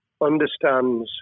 understands